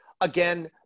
again